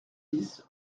dix